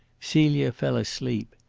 celia fell asleep.